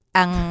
ang